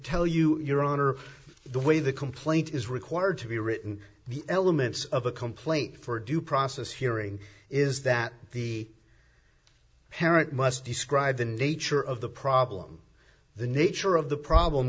tell you your honor the way the complaint is required to be written the elements of a complaint for due process hearing is that the parent must describe the nature of the problem the nature of the problem